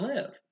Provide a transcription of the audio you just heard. Live